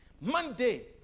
Monday